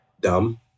dumb